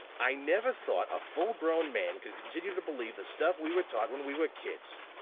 i never thought a full-grown man could continue to believe the stuff we were taught when we were kids!